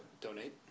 donate